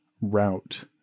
route